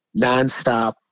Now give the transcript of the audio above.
nonstop